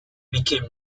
became